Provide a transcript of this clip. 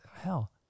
hell